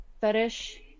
fetish